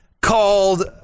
called